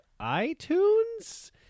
iTunes